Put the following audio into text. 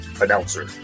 Announcer